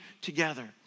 together